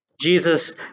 Jesus